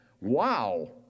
Wow